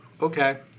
Okay